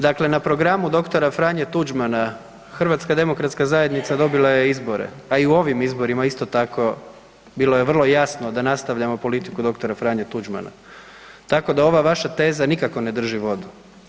Dakle, na programu dr. Franje Tuđmana, HDZ dobila je izbore a i u ovim izborima isto tako bilo je vrlo jasno da nastavljamo politiku dr. Franje Tuđmana tako da ova vaša teza nikako ne drži vodu.